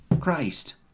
Christ